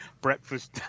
breakfast